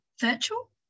virtual